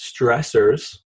stressors